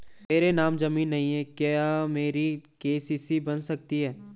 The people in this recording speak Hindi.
मेरे नाम ज़मीन नहीं है क्या मेरी के.सी.सी बन सकती है?